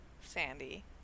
Sandy